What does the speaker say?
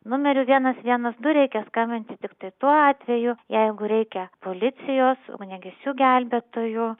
numeriu vienas vienas du reikia skambinti tiktai tuo atveju jeigu reikia policijos ugniagesių gelbėtojų